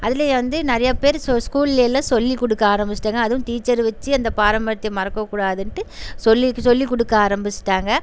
அதிலே வந்து நிறையா பேர் வந்து சொ ஸ்கூல்லேலாம் சொல்லிக்கொடுக்க ஆரம்பிச்சுட்டாங்கள் அதுவும் டீச்சர் வச்சு அந்த பாரம்பரியத்தை மறக்கக்கூடாதுன்ட்டு சொல்லி சொல்லிக் கொடுக்க ஆரம்பிச்சுட்டாங்கள்